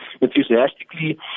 enthusiastically